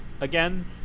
again